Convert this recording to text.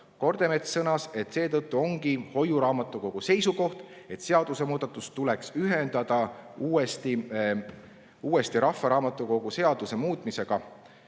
Kordemets sõnas, et seetõttu ongi hoiuraamatukogu seisukoht, et seadusemuudatus tuleks ühendada uuesti rahvaraamatukogu seaduse muutmisega